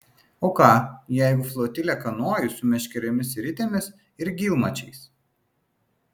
o ką jeigu flotilę kanojų su meškerėmis ir ritėmis ir gylmačiais